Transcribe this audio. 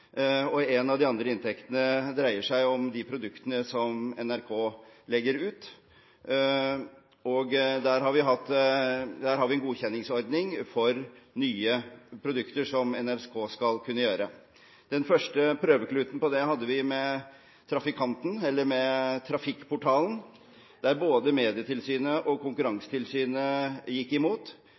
En av de andre inntektskildene er de produktene som NRK legger ut. Vi har en godkjenningsordning for nye produkter som NRK skal kunne lage. Den første prøvekluten for det hadde vi med Trafikkportalen, hvor både Medietilsynet og Konkurransetilsynet gikk imot,